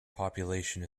population